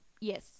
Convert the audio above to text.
yes